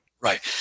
Right